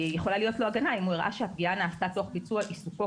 יכולה להיות לו הגנה אם הוא הראה שהפגיעה נעשה תוך ביצוע עיסוקו